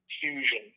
fusion